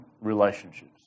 relationships